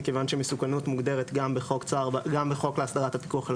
מכיוון שמסוכנות מוגדרת גם בחוק להסדרת הפיקוח על